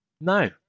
No